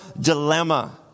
dilemma